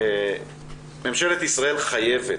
ממשלת ישראל חייבת,